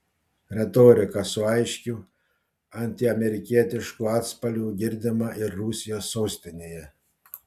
retorika su aiškiu antiamerikietišku atspalviu girdima ir rusijos sostinėje